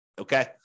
okay